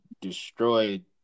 destroyed